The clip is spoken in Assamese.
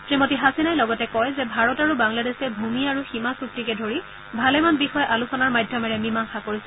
শ্ৰী মতী হাছিনাই লগতে কয় যে ভাৰত আৰু বাংলাদেশে ভূমি আৰু সীমা চুক্তিকে ধৰি ভালেমান বিষয় আলোচনাৰ মাধ্যমেৰে মীমাংসা কৰিছে